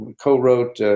co-wrote